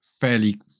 fairly